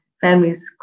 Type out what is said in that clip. families